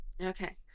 Okay